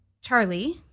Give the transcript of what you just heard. Charlie